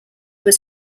was